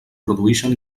produïxen